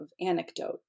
anecdote